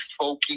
folky